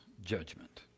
judgment